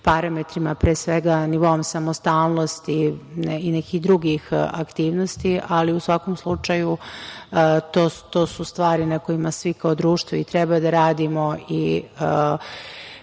parametrima, pre svega nivoom samostalnosti i nekih drugih aktivnosti, ali u svakom slučaju to su stvari na kome svi kao društvo treba da radimo i